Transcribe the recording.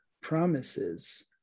promises